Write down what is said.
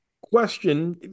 Question